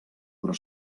però